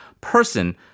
person